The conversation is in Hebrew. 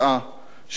של 'תתעודד,